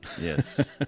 Yes